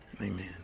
Amen